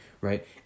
right